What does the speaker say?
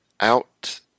out